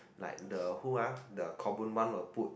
like the who ah the Khaw-Boon-Wan will put